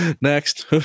Next